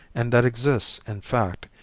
and that exists in fact,